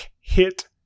hit